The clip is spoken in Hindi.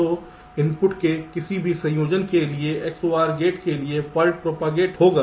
तो इनपुट के किसी भी संयोजन के लिए XOR गेट के लिए फाल्ट प्रोपागेट होगा